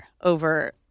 over